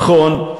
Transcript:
נכון,